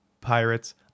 pirates